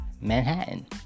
Manhattan